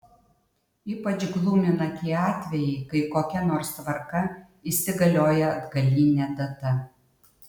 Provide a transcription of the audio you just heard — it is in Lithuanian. ypač glumina tie atvejai kai kokia nors tvarka įsigalioja atgaline data